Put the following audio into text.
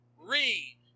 read